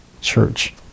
church